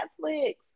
Netflix